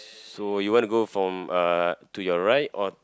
so you want to go from uh to your right or